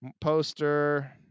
Poster